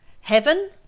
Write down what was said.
Heaven